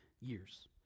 years